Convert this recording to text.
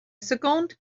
seconde